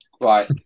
Right